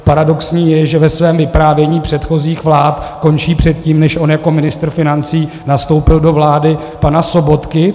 Paradoxní je, že ve svém vyprávění předchozích vlád končí předtím, než on jako ministr financí nastoupil do vlády pana Sobotky.